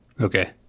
Okay